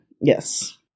Yes